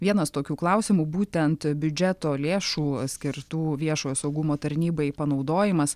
vienas tokių klausimų būtent biudžeto lėšų skirtų viešojo saugumo tarnybai panaudojimas